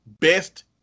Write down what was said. best